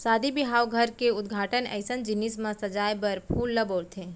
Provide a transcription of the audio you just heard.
सादी बिहाव, घर के उद्घाटन अइसन जिनिस म सजाए बर फूल ल बउरथे